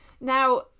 now